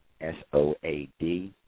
SOAD